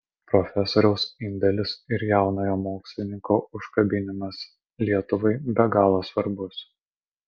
profesoriaus indelis ir jaunojo mokslininko užkabinimas lietuvai be galo svarbus